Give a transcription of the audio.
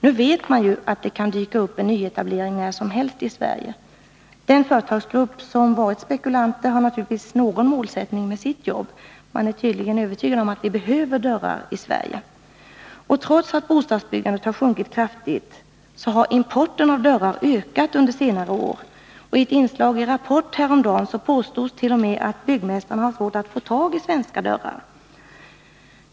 Nu vet man ju att det när som helst kan dyka upp en nyetablering i Sverige. Den företagsgrupp som har varit spekulant har naturligtvis något mål med sitt arbete. Man är tydligen övertygad om att vi behöver dörrar i Sverige. Trots att bostadsbyggandet har sjunkit kraftigt har importen av dörrar ökat under senare år. I ett inslag i Rapport häromdagen påstods t.o.m. att byggmästarna har svårt att få tag i svenska dörrar.